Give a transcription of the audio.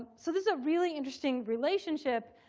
ah so this is a really interesting relationship,